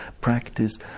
practice